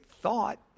thought